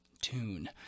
tune